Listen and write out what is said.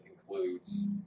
includes